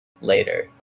later